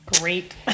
Great